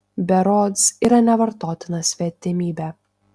berods yra nevartotina svetimybė